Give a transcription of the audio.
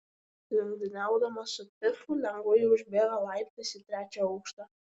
lenktyniaudamas su pifu lengvai užbėga laiptais į trečią aukštą